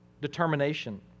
determination